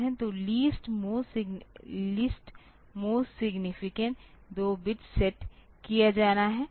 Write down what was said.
तो least most significant 2 bit set किया जाना है